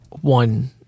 one